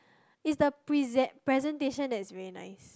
is the present presentation that is very nice